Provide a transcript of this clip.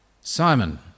Simon